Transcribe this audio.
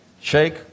Shake